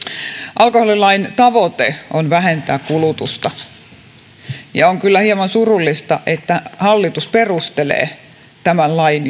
alkoholilain tavoite on vähentää kulutusta ja on kyllä hieman surullista että hallitus perustelee tämän lain